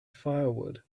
firewood